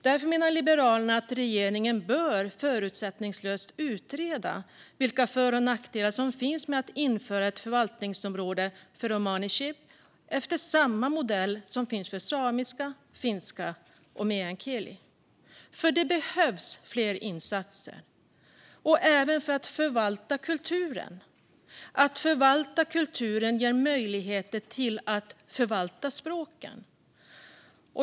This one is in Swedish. Därför menar Liberalerna att regeringen förutsättningslöst bör utreda vilka för och nackdelar som finns med att införa ett förvaltningsområde för romani chib efter samma modell som finns för samiska, finska och meänkieli. Det behövs insatser, även för att förvalta kulturen. Att förvalta kulturen ger möjligheter att förvalta språken.